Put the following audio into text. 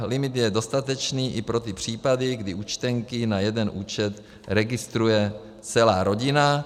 Limit je dostatečný i pro ty případy, kdy účtenky na jeden účet registruje celá rodina.